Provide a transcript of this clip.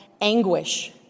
anguish